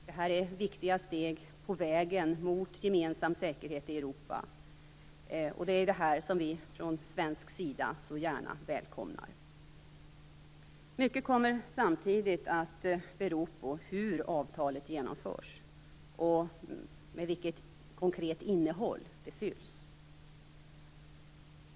Detta är viktiga steg på vägen mot gemensam säkerhet i Europa som vi från svensk sida så gärna välkomnar. Mycket kommer samtidigt att bero på hur avtalet genomförs, och med vilket konkret innehåll det fylls.